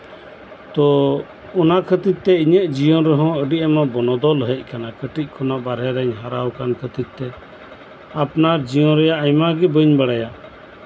ᱛᱚ ᱚᱱᱟ ᱠᱷᱟᱹᱛᱤᱨᱛᱮ ᱤᱧᱟᱹᱜ ᱡᱤᱭᱚᱱ ᱨᱮᱦᱚᱸ ᱟᱹᱰᱤ ᱟᱭᱢᱟ ᱵᱚᱱᱚᱫᱚᱞ ᱦᱮᱡ ᱟᱠᱟᱱᱟ ᱠᱟᱹᱴᱤᱡ ᱠᱷᱚᱱ ᱚᱱᱟ ᱵᱟᱨᱦᱮ ᱨᱤᱧ ᱦᱟᱨᱟᱣ ᱠᱟᱱ ᱠᱷᱟᱹᱛᱤᱨ ᱛᱮ ᱟᱯᱱᱟᱨ ᱡᱤᱭᱚᱱ ᱨᱮᱭᱟᱜ ᱟᱭᱢᱟ ᱜᱚ ᱵᱟᱹᱧ ᱵᱟᱲᱟᱭᱟ